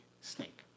snake